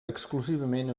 exclusivament